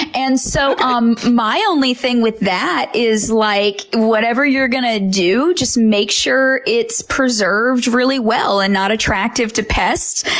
and so, um my only thing with that is like, whatever you're going to do, just make sure it's preserved really well and not attractive to pests,